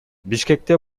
бишкекте